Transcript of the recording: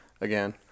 again